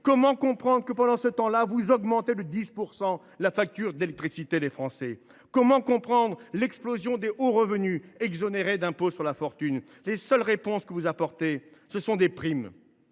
Comment comprendre que, pendant ce temps là, vous augmentiez de 10 % la facture d’électricité des Français ? Comment comprendre l’explosion des hauts revenus exonérés d’impôt de solidarité sur la fortune (ISF) ? Les seules réponses que vous apportez sont des primes.